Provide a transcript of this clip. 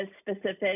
specific